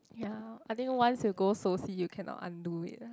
ya I think once you go Soci you cannot undo it ah